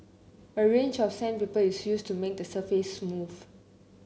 a range of sandpaper is used to make the surface smooth